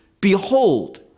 behold